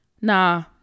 Nah